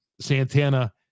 Santana